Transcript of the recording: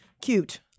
cute